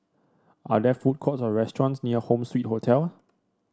are there food courts or restaurants near Home Suite Hotel